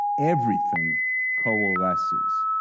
everything coalesces.